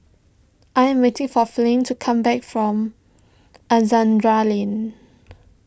I am waiting for Flint to come back from Alexandra Lane